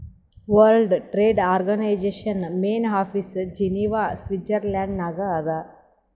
world Trade Organization main office Geneva Switzerland ನಾಗ್ ಅದಾ